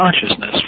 consciousness